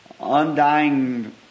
undying